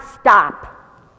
stop